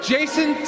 Jason